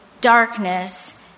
darkness